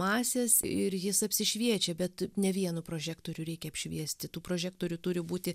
masės ir jis apsišviečia bet ne vienu prožektoriu reikia apšviesti tų prožektorių turi būti